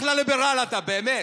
אחלה ליברל אתה, באמת.